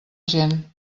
gent